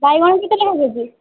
ବାଇଗଣ କେତେ ଲେଖା କେ ଜି